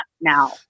now